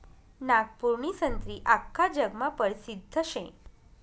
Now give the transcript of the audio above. नागपूरनी संत्री आख्खा जगमा परसिद्ध शे